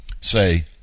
Say